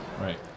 Right